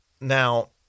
Now